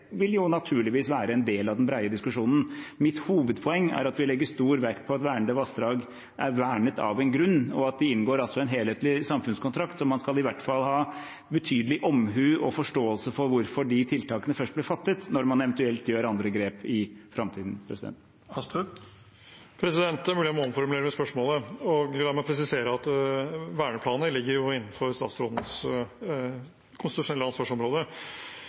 vil naturligvis være en del av den brede diskusjonen. Mitt hovedpoeng er at vi legger stor vekt på at vernede vassdrag er vernet av en grunn, og at vi inngår en helhetlig samfunnskontrakt. Man skal i hvert fall vise betydelig omhu og ha forståelse for hvorfor de tiltakene først ble gjort, når man eventuelt gjør andre grep i framtiden. Nikolai Astrup – til oppfølgingsspørsmål. Det er mulig jeg må omformulere spørsmålet. La meg presisere at verneplaner ligger innenfor statsrådens konstitusjonelle ansvarsområde.